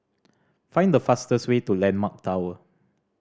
find the fastest way to Landmark Tower